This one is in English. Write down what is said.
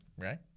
right